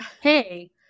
Hey